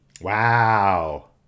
Wow